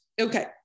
Okay